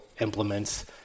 implements